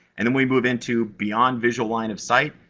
and then, we move into beyond visual line of sight,